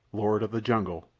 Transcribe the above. lord of the jungle,